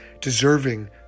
deserving